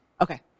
Okay